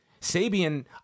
Sabian